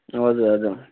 हजुर हजुर